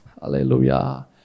Hallelujah